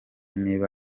niba